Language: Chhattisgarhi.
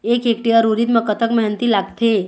एक हेक्टेयर उरीद म कतक मेहनती लागथे?